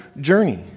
journey